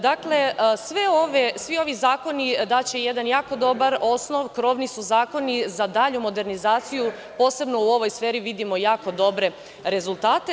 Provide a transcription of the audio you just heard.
Dakle, svi ovi zakoni daće jedan jako dobar osnov, krovni su zakoni za dalju modernizaciju, posebno u ovoj sferi vidimo jako dobre rezultate.